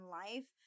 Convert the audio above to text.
life